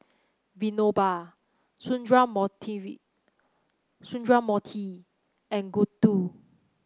Vinoba Sundramoorthy and Gouthu